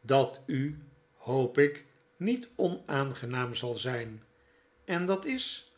dat u hoop ik niet onaangenaam zal zijn en dat is